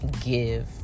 give